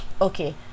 okay